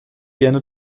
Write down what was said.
gerne